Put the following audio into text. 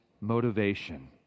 motivation